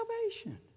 salvation